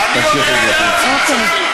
אף אחד לא מתחנן.